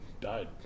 died